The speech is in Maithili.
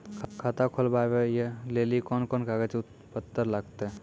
खाता खोलबाबय लेली कोंन कोंन कागज पत्तर लगतै?